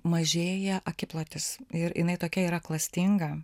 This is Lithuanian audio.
mažėja akiplotis ir jinai tokia yra klastinga